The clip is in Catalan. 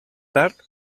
tard